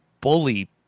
Bully